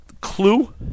Clue